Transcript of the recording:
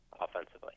offensively